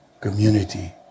community